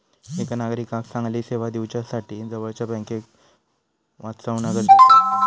एका नागरिकाक चांगली सेवा दिवच्यासाठी जवळच्या बँकेक वाचवणा गरजेचा आसा